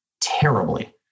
terribly